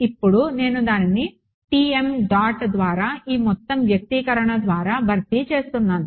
ఇప్పుడు నేను దానిని డాట్ ద్వారా ఈ మొత్తం వ్యక్తీకరణ ద్వారా భర్తీ చేస్తున్నాను